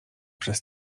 przez